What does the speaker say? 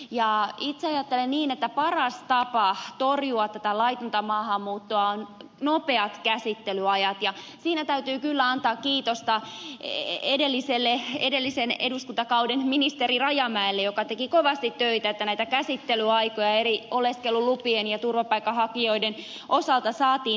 itse ajattelen niin että paras tapa torjua tätä laitonta maahanmuuttoa on nopeat käsittelyajat ja siinä täytyy kyllä antaa kiitosta edellisen eduskuntakauden ministeri rajamäelle joka teki kovasti töitä että näitä käsittelyaikoja eri oleskelulupien ja turvapaikanhakijoiden osalta saatiin nopeutettua